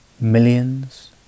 millions